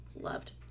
loved